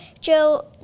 Joe